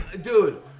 dude